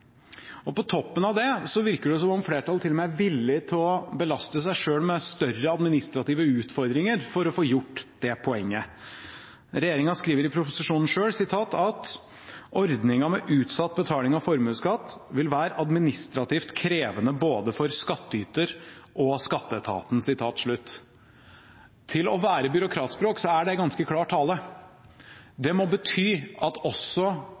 er. På toppen av det virker det som om flertallet til og med er villig til å belaste seg selv med større administrative utfordringer for å få fram det poenget. Regjeringen skriver i proposisjonen: «Ordningen med utsatt betaling av formuesskatt vil være administrativt krevende både for skattyter og Skatteetaten.» Til å være byråkratspråk er det ganske klar tale. Det må bety at også